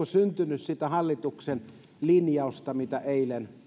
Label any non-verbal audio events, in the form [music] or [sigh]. [unintelligible] syntynyt sitä hallituksen linjausta mikä eilen